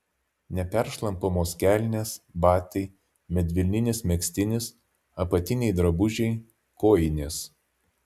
neperšlampamos kelnės batai medvilninis megztinis apatiniai drabužiai kojinės